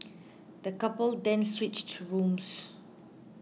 the couple then switched rooms